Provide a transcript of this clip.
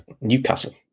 Newcastle